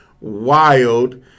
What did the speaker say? wild